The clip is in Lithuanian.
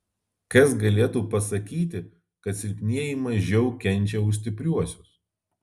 kas galėtų pasakyti kad silpnieji mažiau kenčia už stipriuosius